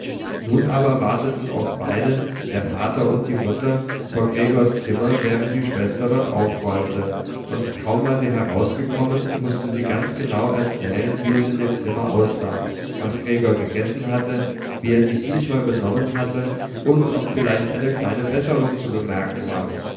nun aber warteten oft beide der vater und die mutter vor gregors zimmer während die schwester dort aufräumte und kaum war sie herausgekommen mußte sie ganz genau erzählen wie es in dem zimmer aussah was gregor gegessen hatte wie er sich diesmal benommen hatte und ob vielleicht eine kleine besserung zu bemerken war